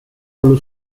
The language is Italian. allo